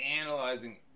Analyzing